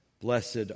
blessed